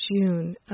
June